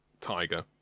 tiger